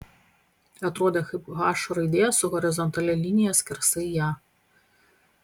atrodė kaip h raidė su horizontalia linija skersai ją